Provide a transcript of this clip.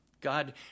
God